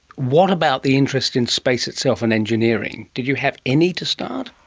what about the interest in space itself and engineering? did you have any to start?